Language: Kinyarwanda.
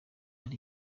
ari